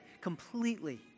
completely